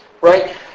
right